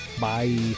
Bye